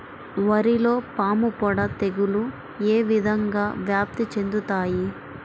వరిలో పాముపొడ తెగులు ఏ విధంగా వ్యాప్తి చెందుతాయి?